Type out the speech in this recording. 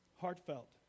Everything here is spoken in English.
heartfelt